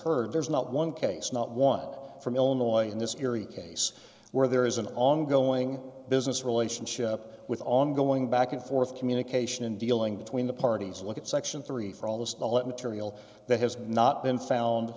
heard there's not one case not one from illinois in this case where there is an ongoing business relationship with ongoing back and forth communication and dealing between the parties look at section three for almost all it material that has not been found